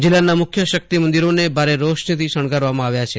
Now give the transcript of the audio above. જિલ્લાના મુખ્ય શક્તિ મંદિરોને ભારે રોશનીથી શણગારવામાં આવ્યા છે